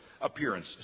appearance